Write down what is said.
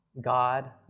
God